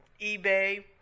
eBay